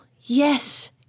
Yes